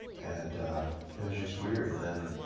and it was just weird, and then